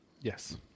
Yes